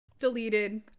deleted